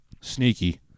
sneaky